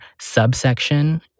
subsection